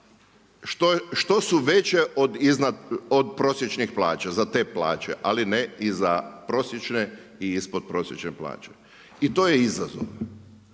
što su veće od prosječnih plaća za te plaće, ali ne i za prosječne i ispod prosječne plaće. I to je izazov